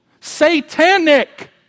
Satanic